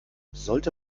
sollte